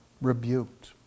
rebuked